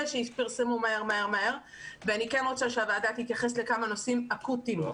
שפרסמו מהר מהר מהר ואני כן רוצה שהוועדה תתייחס לכמה נושאים אקוטיים,